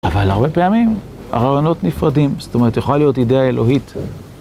אבל הרבה פעמים הרעיונות נפרדים, זאת אומרת, יכולה להיות אידאה אלוהית.